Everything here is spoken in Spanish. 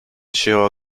llevaba